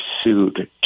sued